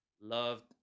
loved